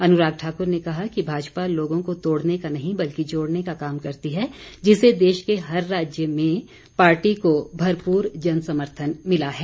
अनुराग ठाकुर ने कहा कि भाजपा लोगों को तोड़ने का नहीं बल्कि जोड़ने का काम करती है जिससे देश के हर राज्य में पार्टी को भरपूर जनसमर्थन मिला है